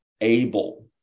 able